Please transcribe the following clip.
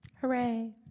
Hooray